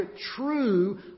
true